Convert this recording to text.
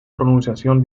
pronunciación